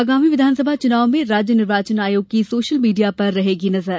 आगामी विधानसभा चूनाव में राज्य निर्वाचन आयोग की सोशल मीडिया पर रहेगी नजर